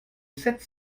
sept